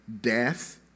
death